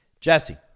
Jesse